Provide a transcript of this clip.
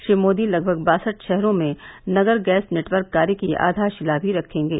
श्री मोदी लगभग बासठ शहरों में नगर गैस नेटवर्क कार्य की आधारशिला भी रखेंगे